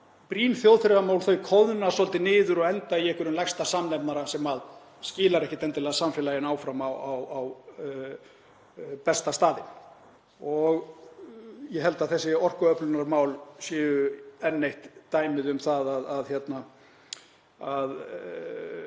brýn þjóðþrifamál koðna svolítið niður og enda í einhverjum lægsta samnefnara sem skilar ekkert endilega samfélaginu áfram á besta staðinn. Ég held að þessi orkuöflunarmál séu enn eitt dæmið um að skipan